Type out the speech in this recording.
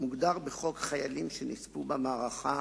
מוגדר בחוק חיילים שנספו במערכה